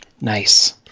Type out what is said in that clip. Nice